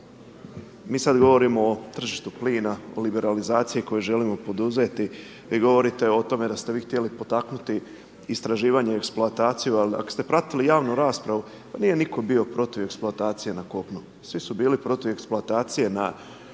Mi sad govorimo o tržištu plina, o liberalizaciji koju želimo poduzeti. Vi govorite o tome da ste vi htjeli potaknuti istraživanje i eksploataciju. Ali ako ste pratili javnu raspravu, pa nije nitko bio protiv eksploatacije na kopnu. Svi su bili protiv eksploatacije na moru